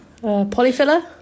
Polyfiller